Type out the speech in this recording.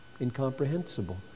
incomprehensible